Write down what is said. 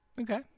Okay